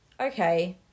Okay